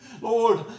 Lord